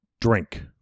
Drink